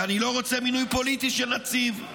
כי אני לא רוצה מינוי פוליטי של נציב".